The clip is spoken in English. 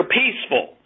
peaceful